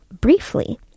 briefly